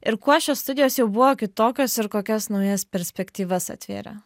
ir kuo šios studijos jau buvo kitokios ir kokias naujas perspektyvas atvėrė